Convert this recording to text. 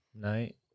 night